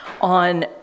on